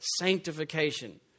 sanctification